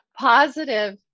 positive